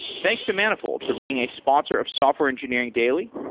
thanks to manifold for being a sponsor of software engineering daily,